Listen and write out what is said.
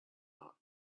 not